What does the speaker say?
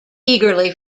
eagerly